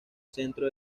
centro